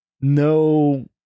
No